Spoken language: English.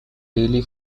daily